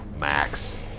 Max